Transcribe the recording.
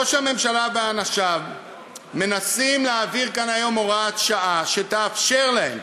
ראש הממשלה ואנשיו מנסים להעביר כאן היום הוראת שעה שתאפשר להם